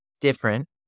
different